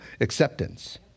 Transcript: acceptance